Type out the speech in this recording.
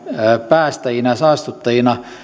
päästäjinä ja saastuttajina